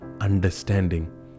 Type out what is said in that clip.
understanding